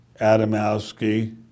Adamowski